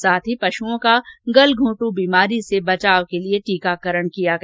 साथ ही पशुओं का गलघोटू बीमारी से बचाव के लिए टीकाकरण किया गया